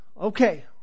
okay